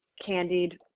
candied